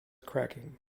cracking